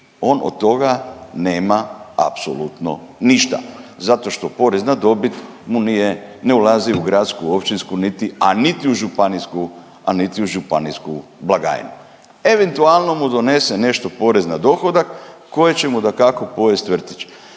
On od toga nema apsolutno ništa zato što porez na dobit mu ne ulazi u gradsku, općinsku niti, a niti u županijsku blagajnu. Eventualno mu donese nešto porez na dohodak koji će mu dakako pojesti vrtić.